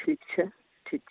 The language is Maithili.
ठिक छै ठीक छै